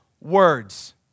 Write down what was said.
words